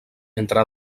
entre